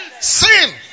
Sin